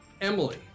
Emily